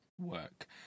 work